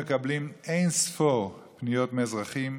מקבלים אין-ספור פניות מאזרחים.